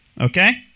Okay